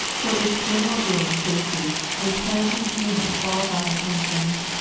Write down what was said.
for its general good and safety, implanting in it all vital functions.